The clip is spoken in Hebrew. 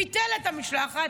ביטל את המשלחת,